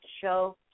show